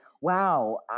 wow